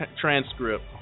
transcript